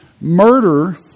murder